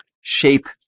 shape